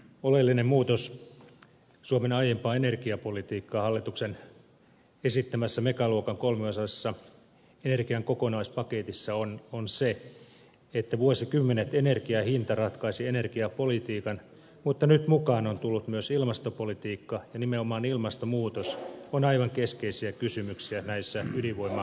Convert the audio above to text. oleellinen muutos suomen aiempaan energiapolitiikkaan hallituksen esittämässä megaluokan kolmiosaisessa energian kokonaispaketissa on se että vuosikymmenet energian hinta ratkaisi energiapolitiikan mutta nyt mukaan on tullut myös ilmastopolitiikka ja nimenomaan ilmastonmuutos on aivan keskeisiä kysymyksiä näissä ydinvoimaluvissakin